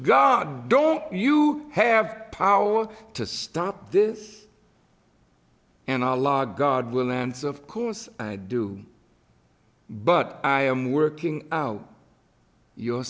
god don't you have power to stop this and all law god will answer of course i do but i am working out your